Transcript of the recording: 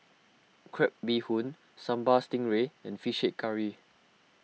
Crab Bee Hoon Sambal Stingray and Fish Head Curry